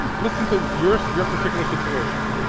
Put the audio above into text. listen to yours, your particular situation.